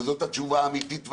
וזאת התשובה האמיתית והנכונה,